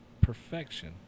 perfection